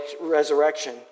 resurrection